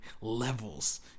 Levels